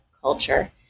culture